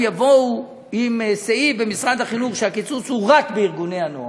אם יבואו עם סעיף במשרד החינוך שהקיצוץ הוא רק בארגוני הנוער,